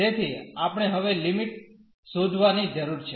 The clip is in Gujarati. તેથી આપણે હવે લિમિટ શોધવાની જરૂર છે